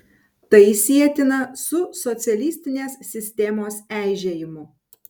tai sietina su socialistinės sistemos eižėjimu